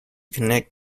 connect